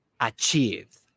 achieved